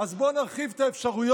אז בואו נרחיב את האפשרויות